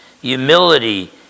humility